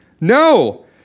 No